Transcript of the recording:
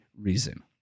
reason